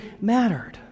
mattered